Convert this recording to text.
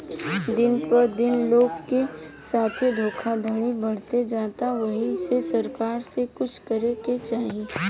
दिन प दिन लोग के साथे धोखधड़ी बढ़ते जाता ओहि से सरकार के कुछ करे के चाही